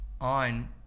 on